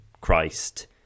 christ